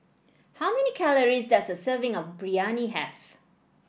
how many calories does a serving of Biryani have